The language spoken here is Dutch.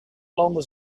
landen